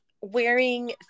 wearing